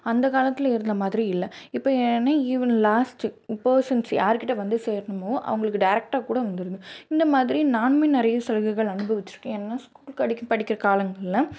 அந்த காலத்தில் இருந்தமாதிரி இல்லை இப்போ ஏன்னா ஈவென் லாஸ்ட்டு பெர்சன்ஸ் யாருக்கிட்ட வந்து சேரணுமோ அவங்களுக்கு டேரக்ட்டாக கூட வந்துடுது இந்தமாதிரி நானுமே நிறைய சலுகைகள் அனுபவிச்சிருக்கேன் என்னென்னா ஸ்கூல் படிக்கிற காலங்கள்ல